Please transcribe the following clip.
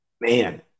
Man